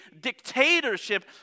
dictatorship